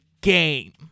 game